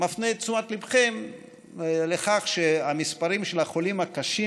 מפנה את תשומת ליבכם לכך שהמספרים של החולים הקשים,